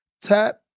Tap